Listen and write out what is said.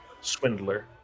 swindler